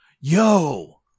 Yo